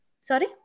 Sorry